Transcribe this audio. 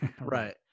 right